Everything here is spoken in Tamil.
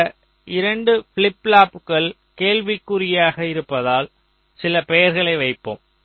இந்த 2 ஃபிளிப் ஃப்ளாப்புகள் கேள்விக்குறியாக இருப்பதால் சில பெயர்களை வைப்போம்